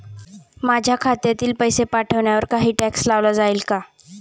माझ्या खात्यातील पैसे पाठवण्यावर काही टॅक्स लावला जाईल का?